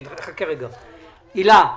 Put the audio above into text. הילה,